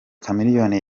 chameleone